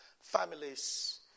families